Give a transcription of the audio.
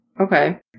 Okay